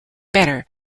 better